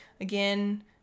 again